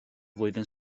flwyddyn